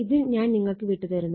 ഇത് ഞാൻ നിങ്ങൾക്ക് വിട്ട് തരുന്നു